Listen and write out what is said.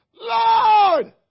Lord